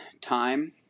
time